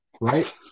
Right